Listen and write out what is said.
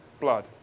blood